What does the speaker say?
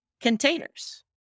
containers